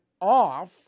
off